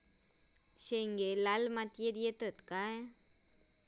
शेंगे लाल मातीयेत येतत काय?